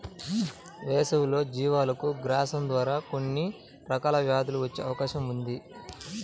వేసవిలో జీవాలకు గ్రాసం ద్వారా కొన్ని రకాల వ్యాధులు వచ్చే అవకాశం ఉంది